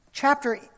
Chapter